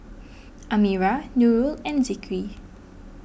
Amirah Nurul and Zikri